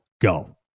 go